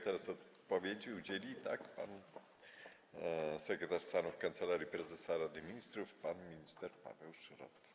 Teraz odpowiedzi udzieli sekretarz stanu w Kancelarii Prezesa Rady Ministrów pan minister Paweł Szrot.